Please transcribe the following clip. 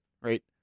right